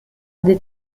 des